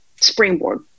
springboard